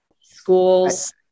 Schools